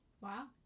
Wow